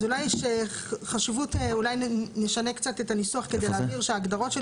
אז אולי נשנה קצת את הניסוח כדי להבהיר שההגדרות של